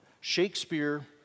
Shakespeare